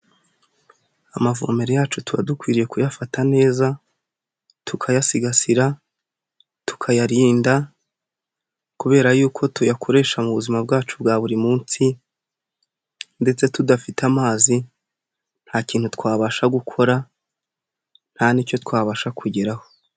Amavomero yacu tuba dukwiriye kuyafata neza, tukayasigasira, tukayarinda kubera y'uko tuyakoresha mu buzima bwacu bwa buri munsi ndetse tudafite amazi nta kintu twabasha gukora nta n'icyo twabasha kugeraho.